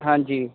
ਹਾਂਜੀ